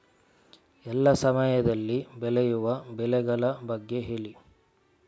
ಎಲ್ಲಾ ಸಮಯದಲ್ಲಿ ಬೆಳೆಯುವ ಬೆಳೆಗಳ ಬಗ್ಗೆ ಹೇಳಿ